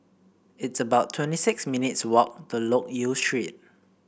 it's about twenty six minutes' walk to Loke Yew Street